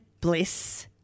Bliss